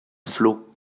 flot